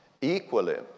Equally